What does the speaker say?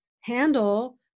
handle